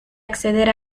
acceder